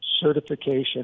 certification